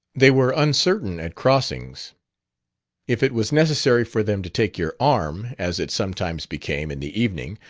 they were uncertain at crossings if it was necessary for them to take your arm, as it sometimes became, in the evening,